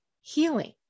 healing